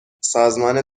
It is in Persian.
سازمان